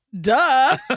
Duh